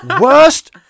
Worst